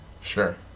sure